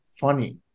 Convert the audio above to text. funny